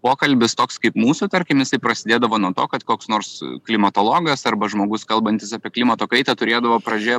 pokalbis toks kaip mūsų tarkim jisai prasidėdavo nuo to kad koks nors klimatologas arba žmogus kalbantis apie klimato kaitą turėdavo pradžioje